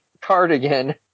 cardigan